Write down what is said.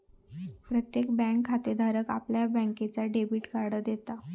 प्रत्येक बँक खातेधाराक आपल्या बँकेचा डेबिट कार्ड देता